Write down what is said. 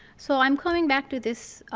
so i'm coming back to this